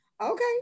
okay